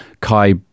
Kai